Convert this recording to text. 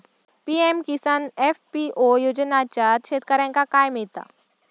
PM Kisan FPO योजनाच्यात शेतकऱ्यांका काय मिळता?